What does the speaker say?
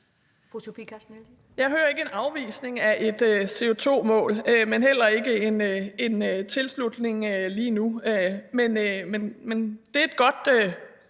Jeg hører ikke en afvisning af et CO2-mål, men heller ikke en tilslutning lige nu. Men det er et godt